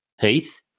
Heath